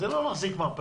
אז זה לא להחזיק מרפאה.